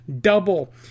double